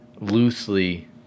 loosely